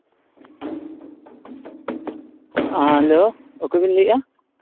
ᱦᱮᱸ ᱦᱮᱞᱳ ᱚᱠᱚᱭ ᱵᱤᱱ ᱞᱟᱹᱭᱮᱜᱼᱟ